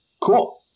Cool